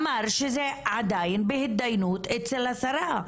הוא אמר שזה עדיין בהתדיינות אצל השרה.